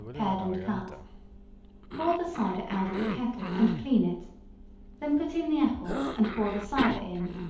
pared and cut pour the cider out of the kettle, and clean it then put in the apples, and pour the cider in,